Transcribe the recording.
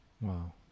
Wow